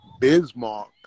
Bismarck